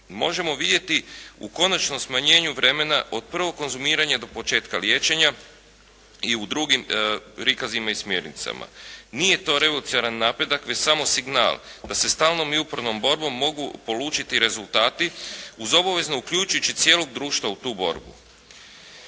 Možemo vidjeti u konačnom smanjenju vremena od prvog konzumiranja do početka liječenja i u drugim prikazima i smjernicama. Nije to revolucionaran napredak već samo signal da se stalnom i upornom borbom mogu polučiti rezultati uz obavezno uključujući cijelog društva u tu borbu.